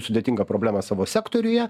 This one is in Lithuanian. sudėtingą problemą savo sektoriuje